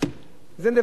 אלו דברים שנאמרו פה.